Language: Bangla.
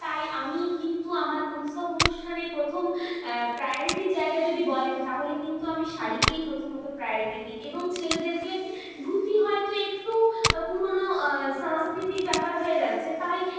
তাই আমি কিন্তু আমার উৎসব অনুষ্ঠানে প্রথম প্রায়োরিটির জায়গা যদি বলেন তাহলে কিন্তু আমি শাড়িকেই প্রথমত প্রায়োরিটি দিই এবং ছেলেদেরকে ধুতি হয়তো একটু পুরনো সংস্কৃতির ব্যাপার হয়ে যাচ্ছে তাই